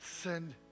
send